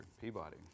Peabody